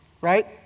right